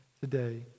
today